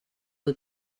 the